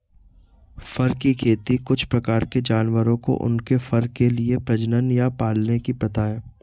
फर की खेती कुछ प्रकार के जानवरों को उनके फर के लिए प्रजनन या पालने की प्रथा है